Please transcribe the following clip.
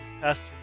Pastor